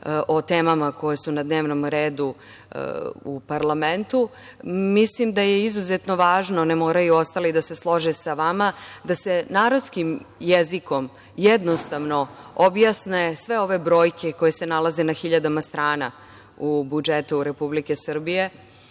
o temama koje su na dnevnom redu u parlamentu. Mislim da je izuzetno važno, ne moraju ostali da se slože sa vama, da se narodskim jezikom, jednostavno, objasne sve ove brojke koje se nalaze na hiljadama strana u budžetu Republike Srbije